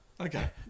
Okay